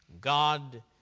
God